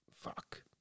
Fuck